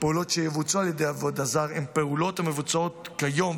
כפעולות שיבוצעו על ידי העובד הזר הן פעולות המבוצעות כיום,